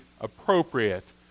appropriate